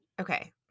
Okay